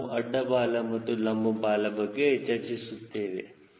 ನಾವು ಅಡ್ಡ ಬಾಲ ಹಾಗೂ ಲಂಬ ಬಾಲ ಬಗ್ಗೆ ಚರ್ಚಿಸುತ್ತೇವೆ